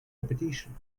repetition